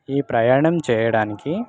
ఈ ప్రయాణం చెయ్యడానికి